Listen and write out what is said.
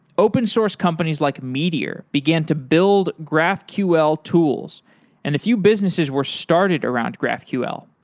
open-source companies like meteor began to build graphql tools and a few businesses were started around graphql.